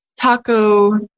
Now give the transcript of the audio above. taco